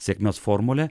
sėkmės formulė